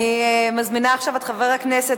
אני מזמינה עכשיו את חבר הכנסת,